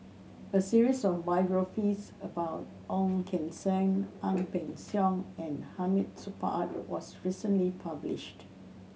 a series of biographies about Ong Keng Sen Ang Peng Siong and Hamid Supaat was recently published